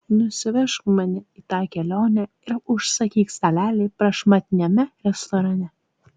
nusivežk mane į tą kelionę ir užsakyk stalelį prašmatniame restorane